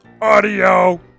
audio